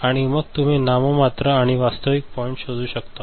आणि मग तुम्ही नाममात्र आणि वास्तविक पॉईंट शोधू शकतो